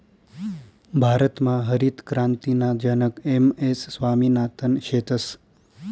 भारतमा हरितक्रांतीना जनक एम.एस स्वामिनाथन शेतस